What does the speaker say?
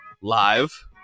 live